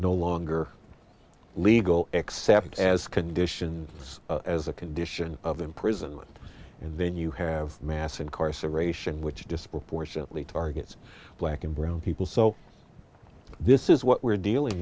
no longer legal except as conditions as a condition of imprisonment and then you have mass incarceration which disproportionately targets black and brown people so this is what we're dealing